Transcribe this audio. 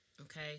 okay